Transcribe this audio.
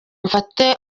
mfate